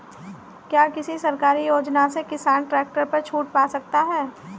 क्या किसी सरकारी योजना से किसान ट्रैक्टर पर छूट पा सकता है?